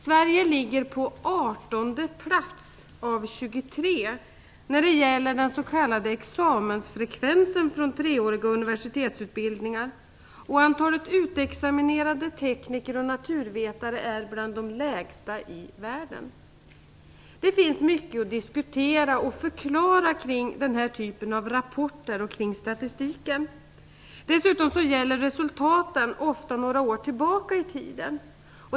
Sverige ligger på artonde plats av 23 när det gäller den s.k. examensfrekvensen från treåriga universitetsutbildningar. Antalet utexaminerade tekniker och naturvetare är bland de lägsta i världen. Det finns mycket att diskutera och förklara kring denna typ av rapporter och kring statistiken. Dessutom gäller resultaten ofta några år tillbaka i tiden.